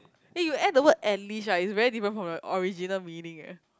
eh you add the word at least right is very different from your original meaning eh